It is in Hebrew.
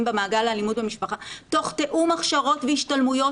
במעגל האלימות במשפחה תוך תיאום הכשרות והשתלמויות